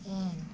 N